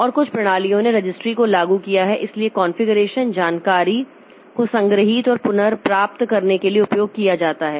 और कुछ प्रणालियों ने रजिस्ट्री को लागू किया इसलिए कॉन्फ़िगरेशन जानकारी को संग्रहीत और पुनर्प्राप्त करने के लिए उपयोग किया जाता है